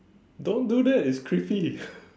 don't do that it's creepy